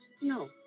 No